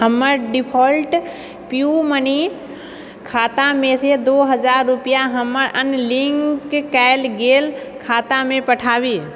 हमर default PayU money खातामेसँ दू हजार रुपैआ हमर अन्य लिंक कैल गेल खातामे पठाबी